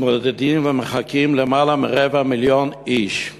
מתמודדים ומחכים למעלה מרבע מיליון איש.